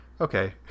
okay